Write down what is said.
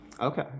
Okay